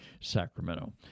Sacramento